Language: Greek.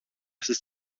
στις